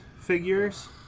figures